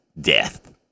Death